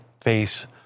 face